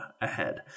ahead